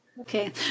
Okay